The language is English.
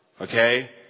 Okay